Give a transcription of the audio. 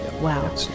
Wow